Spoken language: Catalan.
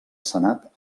senat